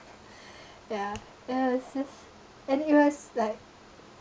ya it was just and it was like